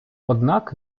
однак